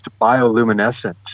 bioluminescence